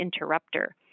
interrupter